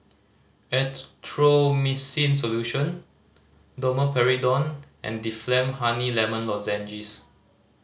Erythroymycin Solution Domperidone and Difflam Honey Lemon Lozenges